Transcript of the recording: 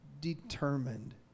determined